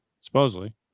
Supposedly